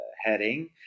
heading